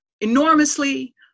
enormously